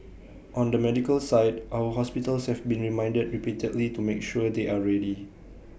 on the medical side our hospitals have been reminded repeatedly to make sure they are ready